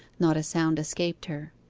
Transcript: not a sound escaped her.